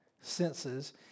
senses